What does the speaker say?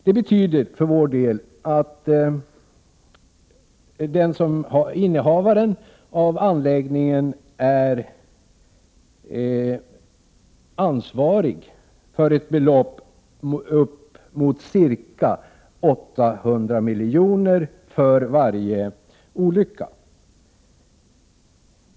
Det betyder för Sveriges del att innehavaren av en anläggning är ansvarig för ett belopp motsvarande ca 800 milj.kr. för varje olycka.